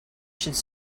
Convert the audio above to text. should